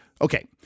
Okay